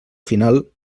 final